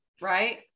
right